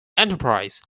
enterprise